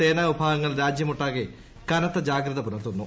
സേനാവിഭാഗങ്ങൾ രാജ്യമൊട്ടാകെ കനത്ത ജാഗ്രത പുലർത്തുന്നു